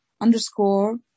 underscore